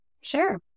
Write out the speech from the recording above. Sure